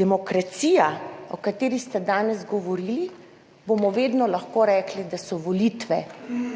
demokracija, o kateri ste danes govorili, bomo vedno lahko rekli, da so volitve